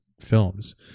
films